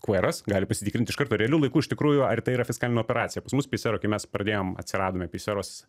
kueras gali pasitikrint iš karto realiu laiku iš tikrųjų ar tai yra fiskalinė operacija pas mus peiseroj kai mes pradėjom atsiradome peiseros